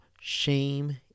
shame